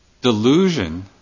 delusion